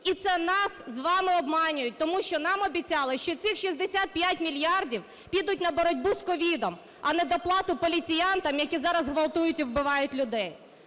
І це нас з вами обманюють, тому що нам обіцяли, що ці 65 мільярдів підуть на боротьбу з COVID, а не доплату поліціантам, які зараз ґвалтують і вбивають людей.